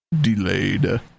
delayed